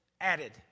added